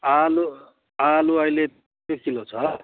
आलु आलु अहिले बिस रुपियाँ किलो छ